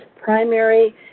primary